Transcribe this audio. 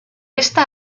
esta